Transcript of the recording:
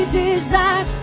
desire